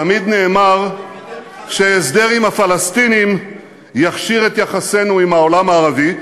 תמיד נאמר שהסדר עם הפלסטינים יכשיר את יחסינו עם העולם הערבי,